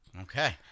Okay